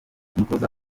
umutoza